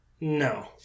No